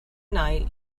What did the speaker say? night